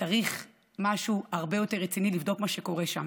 צריך לבדוק מה קורה שם